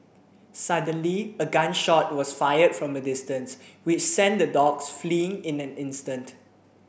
suddenly a gun shot was fired from a distance which sent the dogs fleeing in an instant